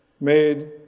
made